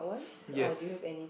yes